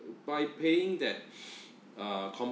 by paying that uh